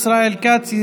ישראל כץ,